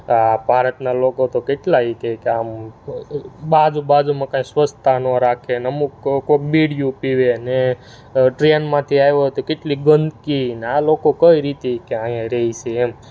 આ ભારતનાં લોકો તો કેટલા એ કહે કે આમ આજુબાજુમાં કાંઈ સ્વચ્છતા ન રાખે ને અમુક લોકો બીડીઓ પીવે ને ટ્રેનમાંથી આવ્યો તો કેટલી ગંદકી ને આ લોકો કઈ રીતે એ કહે અહીંયા રહે છે એમ